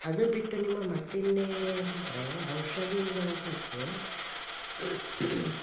ಅದು ಬಿಟ್ಟು ನಿಮ್ಮ ಮತ್ತಿನ್ನು ಅಂದರೆ ಔಷಧಿಗಳ ಬಗ್ಗೆ